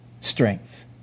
strength